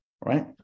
right